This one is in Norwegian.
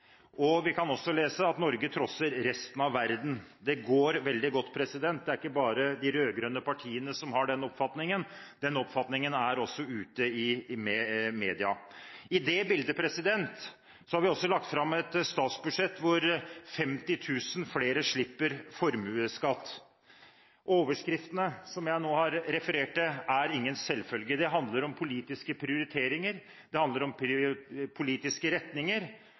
arbeidstagere.» Vi kan også lese at Norge trosser resten av verden. Det går veldig godt. Det er ikke bare de rød-grønne partiene som har den oppfatningen. Den oppfatningen har man også ute i media. I det bildet har vi også lagt fram et statsbudsjett hvor 50 000 flere slipper formuesskatt. Overskriftene som jeg nå refererte, er ingen selvfølge. Det handler om politiske prioriteringer, det handler om politiske retninger,